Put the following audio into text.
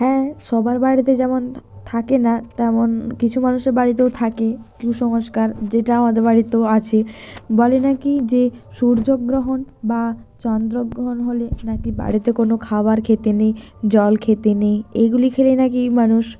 হ্যাঁ সবার বাড়িতে যেমন থাকে না তেমন কিছু মানুষের বাড়িতেও থাকে কুসংস্কার যেটা আমাদের বাড়িতেও আছে বলে নাকি যে সূর্যগ্রহণ বা চন্দ্রগ্রহণ হলে নাকি বাড়িতে কোনও খাবার খেতে নেই জল খেতে নেই এইগুলি খেলেই নাকি মানুষ